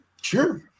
Sure